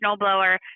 snowblower